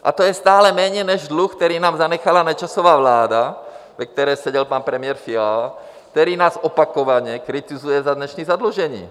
A to je stále méně než dluh, který nám zanechala Nečasova vláda, ve které seděl pan premiér Fiala, který nás opakovaně kritizuje za dnešní zadlužení.